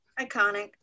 iconic